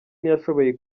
ntiyashoboye